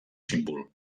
símbol